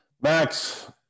Max